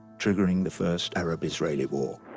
triggering the first arab-israeli war.